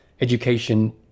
education